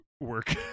work